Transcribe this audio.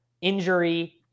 injury